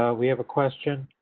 ah we have a question.